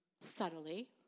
subtly